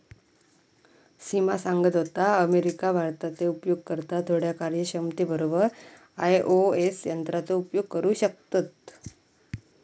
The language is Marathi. सिमा सांगत होता, अमेरिका, भारताचे उपयोगकर्ता थोड्या कार्यक्षमते बरोबर आई.ओ.एस यंत्राचो उपयोग करू शकतत